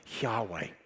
Yahweh